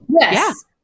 yes